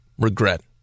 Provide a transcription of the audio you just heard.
regret